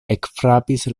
ekfrapis